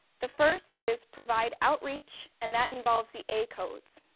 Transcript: the first is provide outreach, and that involves the a codes.